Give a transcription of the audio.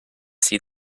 see